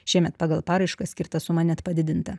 šiemet pagal paraiškas skirta suma net padidinta